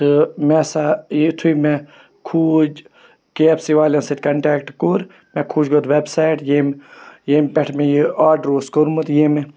تہٕ مےٚ ہَسا یُتھُے مےٚ کھوٗج کے ایٚف سی والیٚن سۭتۍ کَنٹیکٹ کوٚر مےٚ کھوج گوٚڈٕ وٮ۪بسایٹ ییٚمۍ ییٚمہِ پٮ۪ٹھ مےٚ یہِ آرڈَر اوس کوٚرمُت ییٚمہِ